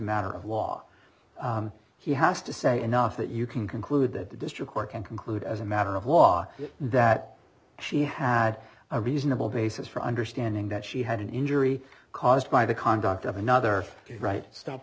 matter of law he has to say enough that you can conclude that the district court can conclude as a matter of law that she had a reasonable basis for understanding that she had an injury caused by the conduct of another right stop